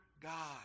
God